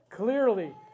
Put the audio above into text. Clearly